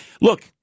Look